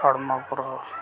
ᱦᱚᱲᱢᱚ ᱯᱩᱨᱟᱹ